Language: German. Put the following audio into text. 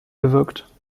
bewirkt